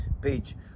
page